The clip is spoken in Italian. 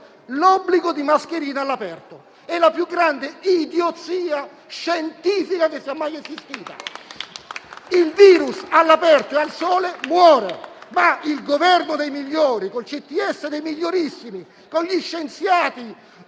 l'obbligo di mascherina all'aperto: è la più grande idiozia scientifica che sia mai esistita. Il virus all'aperto e al sole muore, ma il Governo dei migliori, con il CTS dei migliorissimi, con gli scienziati